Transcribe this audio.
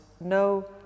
no